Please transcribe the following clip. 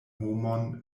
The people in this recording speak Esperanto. homon